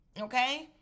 okay